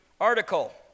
article